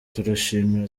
turashimira